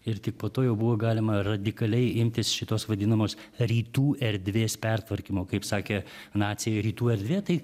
ir tik po to jau buvo galima radikaliai imtis šitos vadinamos rytų erdvės pertvarkymo kaip sakė naciai rytų erdvė tai